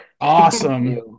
awesome